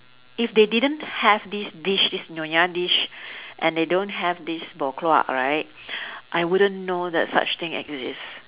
if they didn't have this dish this nyonya dish and they don't have this buah keluak right I wouldn't know that such thing exist